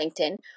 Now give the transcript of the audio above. LinkedIn